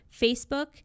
Facebook